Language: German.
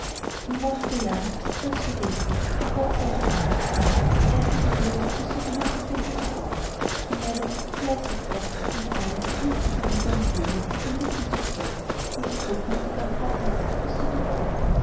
im laufe der jahre hast du das vergessen und gott sei es geklagt je eifriger du an diesem sogenannten tempel gebaut je mehr du dich befleißigt hast den herrn und die christliche liebe und demut auf den lippen zu führen um so hochmütiger und hartherziger bist du geworden